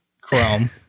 Chrome